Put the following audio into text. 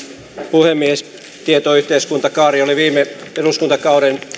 puhemies tietoyhteiskuntakaari oli viime eduskuntakauden